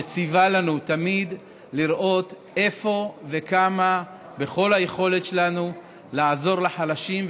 שציווה לנו תמיד לראות איפה וכמה היכולת שלנו לעזור לחלשים,